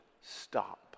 stop